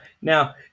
now